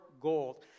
gold